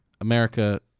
America